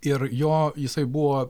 ir jo jisai buvo